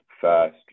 first